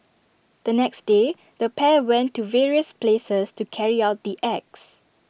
the next day the pair went to various places to carry out the acts